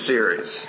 Series